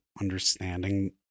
understanding